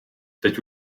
teď